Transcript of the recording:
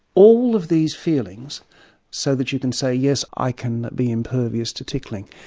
all of these feelings so that you can say, yes, i can be impervious to tickling.